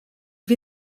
wir